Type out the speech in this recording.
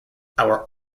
our